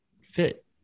fit